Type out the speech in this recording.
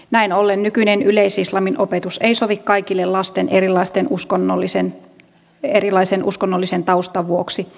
näin ollen nykyinen yleis islamin opetus ei sovi kaikille lasten erilaisen uskonnollisen taustan vuoksi